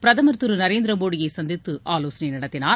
பிரதமர் திரு நரேந்திர மோடியை சந்தித்து ஆலோசனை நடத்தினார்